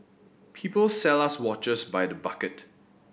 people sell us watches by the bucket